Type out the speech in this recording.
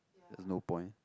has no point